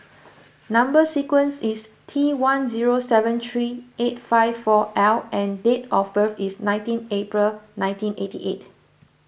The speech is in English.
Number Sequence is T one zero seven three eight five four L and date of birth is nineteen April nineteen eighty eight